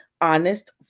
honest